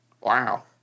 Wow